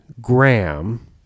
gram